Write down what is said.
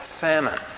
famine